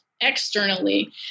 externally